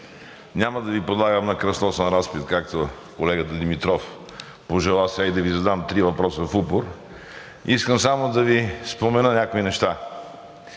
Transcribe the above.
Няма да Ви подлагам на кръстосан разпит, както колегата Димитров пожела сега, и да Ви задам три въпроса в упор. Искам само да Ви спомена някои неща.